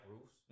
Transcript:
roofs